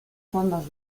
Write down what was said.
fondos